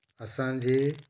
असांजे